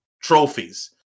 trophies